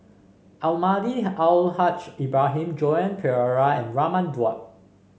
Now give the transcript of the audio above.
Almahdi Al Haj Ibrahim Joan Pereira and Raman Daud